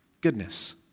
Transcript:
Goodness